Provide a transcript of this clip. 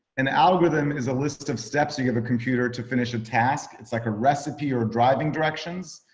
an algorithm is a list of steps you give a computer to finish a task. it's like a recipe or driving directions.